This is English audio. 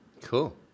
Cool